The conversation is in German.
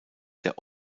der